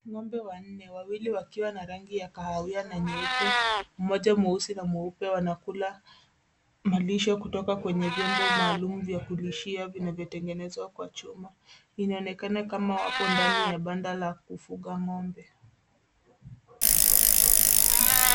Ng'ombe wanne, wawili wakiwa na rangi ya kahawia na nyeupe, mmoja mweusi na mweupe, wanakula malisho kutoka kwenye vyombo maalum vya kulishia vinavyotengenezwa kwa chuma. Inaonekana kama wapo ndani ya banda la kufugia ng'ombe